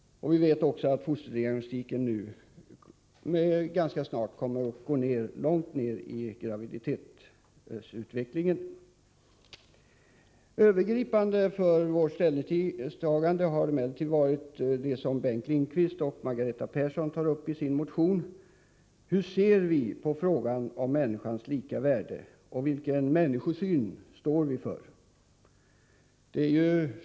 Vi vet också att fosterdiagnostiken snart kommer att kunna utföras på ett mycket tidigt stadium under graviditeten. Övergripande för vårt ställningstagande har emellertid varit det som Bengt Lindqvist och Margareta Persson tar upp i sin motion: Hur ser vi på frågan om människors lika värde och vilken människosyn står vi för?